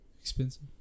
Expensive